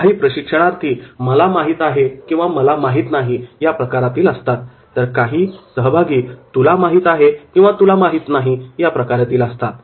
काही प्रशिक्षणार्थी 'मला माहित आहे किंवा मला माहित नाही' या प्रकारातील असतात तर काही सहभागी 'तुला माहित आहे किंवा तुला माहित नाही' या प्रकारातील असतात